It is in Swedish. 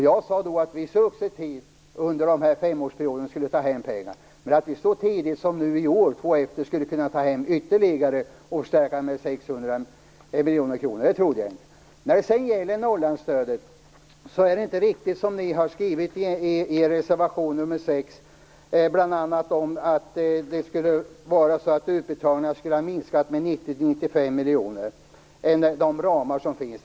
Jag sade då att vi successivt under femårsperioden skulle ta hem pengar, men att vi så tidigt som nu i år - två år efteråt - skulle kunna förstärka med 600 miljoner kronor trodde jag inte. När det gäller Norrlandsstödet kan jag säga att det ni har skrivit i er reservation nr 6 inte är riktigt. Ni har bl.a. skrivit att utbetalningarna har minskat med 90 95 miljoner jämfört med de ramar som finns.